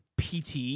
PT